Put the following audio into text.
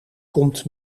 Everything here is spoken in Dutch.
komt